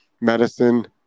medicine